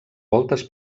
voltes